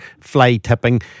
fly-tipping